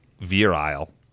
virile